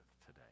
today